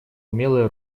умелое